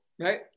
Right